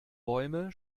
bäume